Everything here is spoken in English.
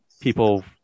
people